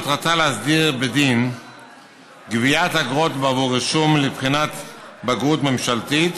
מטרתה להסדיר בדין גביית אגרות בעבור רישום לבחינת בגרות ממשלתית